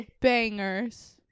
bangers